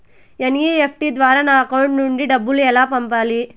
NEFT ద్వారా నా account నుండి డబ్బులు ఎలా పంపాలి